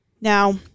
Now